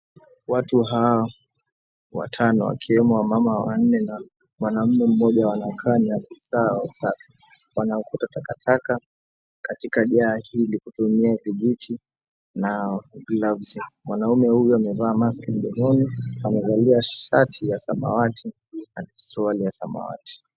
Watu hawa watano, wakiwemo wamama wanne na mwanaume mmoja wanakaa ni afisa wa usafi. Wanaokota takataka katika njaa hili kutumia vijiti na glavu. Mwanaume huyu amevaa maski mdomoni, amevalia shati ya samawati na suruali ya samawati.